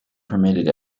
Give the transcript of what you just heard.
permitted